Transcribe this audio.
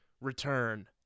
return